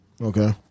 Okay